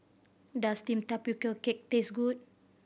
does steam tapioca cake taste good